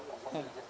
mm